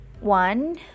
one